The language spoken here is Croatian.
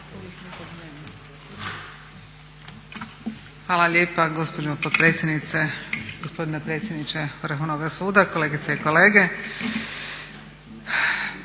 Hvala lijepo gospođo potpredsjednice. Gospodine predsjedniče Vrhovnog suda, kolegice i kolege.